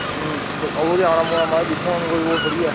ते ओह् ते औना पौना माराज दिक्खो हां हून कोई ओह् थोह्ड़ी ऐ